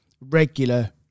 regular